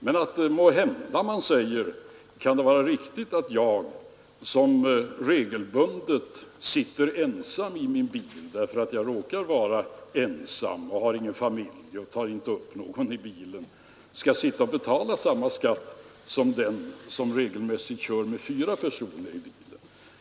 Men måhända säger han: Kan det vara riktigt att jag, som regelbundet sitter ensam i min bil därför att jag råkar vara ensam — jag har ingen familj och tar inte upp någon i bilen — skall betala samma skatt som den som regelmässigt kör med fyra personer i bilen?